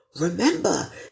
Remember